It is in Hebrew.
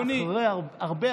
אתה הרבה אחרי.